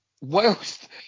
whilst